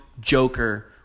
Joker